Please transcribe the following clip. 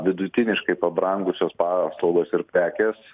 vidutiniškai pabrangusios paslaugos ir prekės